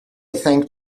thanked